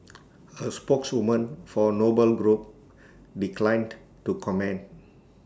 A spokeswoman for A noble group declined to comment